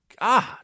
god